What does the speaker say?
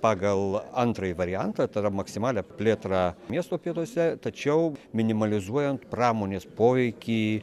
pagal antrąjį variantą tada maksimalią plėtrą miesto pietuose tačiau minimalizuojant pramonės poveikį